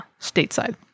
stateside